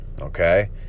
okay